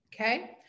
Okay